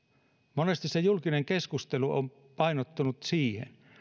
monesti se julkinen keskustelu on painottunut siihen